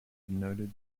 noted